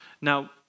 Now